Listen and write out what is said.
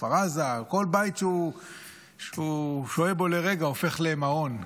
ברחוב עזה, כל בית שהוא שוהה בו לרגע הופך למעון.